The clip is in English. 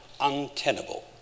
untenable